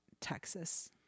texas